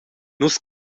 nus